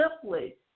simply